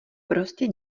prostě